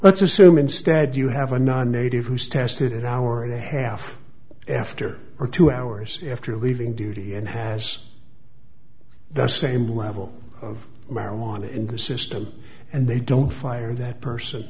let's assume instead you have a non native who's tested and hour and a half after or two hours after leaving duty and has the same level of marijuana in the system and they don't fire that person